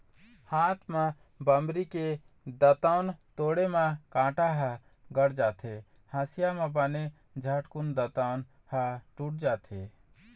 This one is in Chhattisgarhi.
हाथ म बमरी के दतवन तोड़े म कांटा ह गड़ जाथे, हँसिया म बने झटकून दतवन ह टूट जाथे